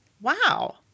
wow